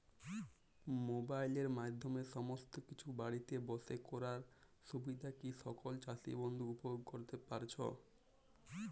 মোবাইলের মাধ্যমে সমস্ত কিছু বাড়িতে বসে করার সুবিধা কি সকল চাষী বন্ধু উপভোগ করতে পারছে?